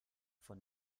von